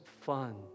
fun